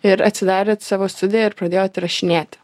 ir atsidarėt savo studiją ir pradėjot įrašinėti